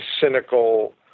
cynical